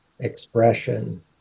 expression